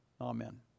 Amen